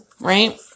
right